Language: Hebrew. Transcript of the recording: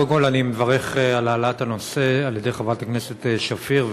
קודם כול אני מברך על העלאת הנושא על-ידי חברת הכנסת שפיר,